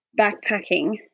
backpacking